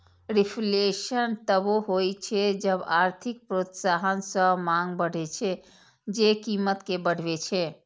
reflation तबो होइ छै जब आर्थिक प्रोत्साहन सं मांग बढ़ै छै, जे कीमत कें बढ़बै छै